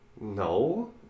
No